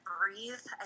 breathe